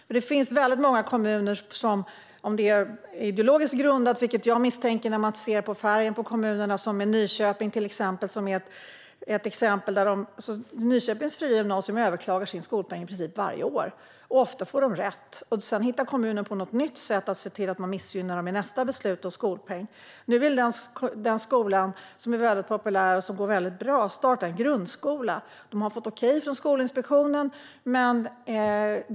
I en del fall misstänker jag att beslutet om skolpeng är ideologiskt grundat beroende på färgen på kommunen. Till exempel överklagar Nyköpings fria gymnasium sin skolpeng i princip varje år, och ofta får de rätt. Sedan hittar kommunen på något nytt sätt att missgynna dem i nästa beslut om skolpeng. Nu vill den skolan, som är väldigt populär och som går väldigt bra, starta en grundskola. De har fått okej från Skolinspektionen.